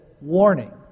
warning